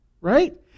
right